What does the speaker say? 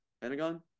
Pentagon